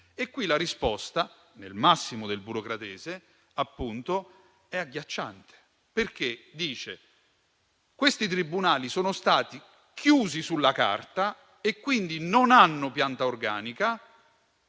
punto la risposta, nel massimo del burocratese, è agghiacciante: questi tribunali sono stati chiusi sulla carta, quindi non hanno pianta organica